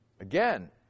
Again